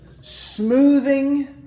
smoothing